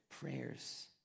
prayers